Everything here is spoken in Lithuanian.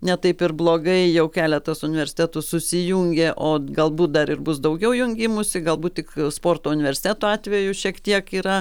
ne taip ir blogai jau keletas universitetų susijungė o galbūt dar ir bus daugiau jungimųsi galbūt tik sporto universiteto atveju šiek tiek yra